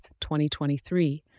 2023